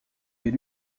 est